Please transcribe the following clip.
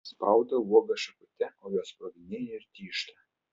spaudau uogas šakute o jos sproginėja ir tyžta